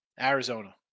Arizona